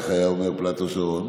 איך היה אומר פלאטו שרון,